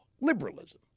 liberalism